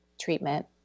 treatment